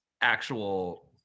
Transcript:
actual